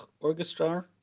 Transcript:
Orchestra